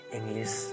English